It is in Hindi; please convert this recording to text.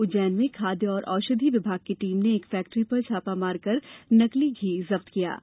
उज्जैन में खाद्य एवं औषधी विभाग की टीम ने एक फैक्ट्री पर छापा मार कर नकली घी जब्त किया है